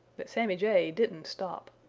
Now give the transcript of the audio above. but sammy jay didn't stop.